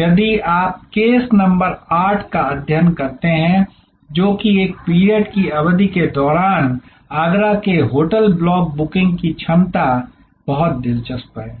यदि आप case number 8 का अध्ययन करते हैं जो कि एक पीरियड की अवधि के दौरान आगरा के होटल ब्लॉक बुकिंग की क्षमता बहुत दिलचस्प है